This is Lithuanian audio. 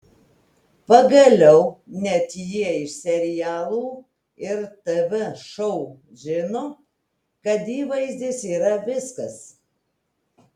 pagaliau net jie iš serialų ir tv šou žino kad įvaizdis yra viskas